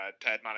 Ted